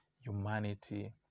humanity